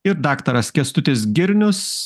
ir daktaras kęstutis girnius